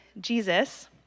Jesus